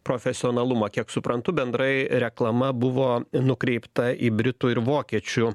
profesionalumą kiek suprantu bendrai reklama buvo nukreipta į britų ir vokiečių